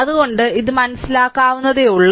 അതിനാൽ ഇത് മനസ്സിലാക്കാവുന്നതേയുള്ളൂ